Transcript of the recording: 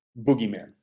boogeyman